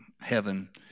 Heaven